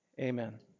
amen